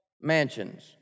mansions